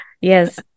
Yes